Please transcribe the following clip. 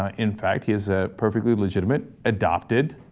ah in fact his ah perfectly legitimate adopted